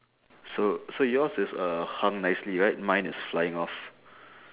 so so yours is a hung nicely right mine is flying off